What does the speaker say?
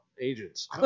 agents